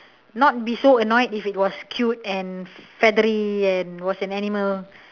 not be so annoyed if it was cute and feathery and was an animal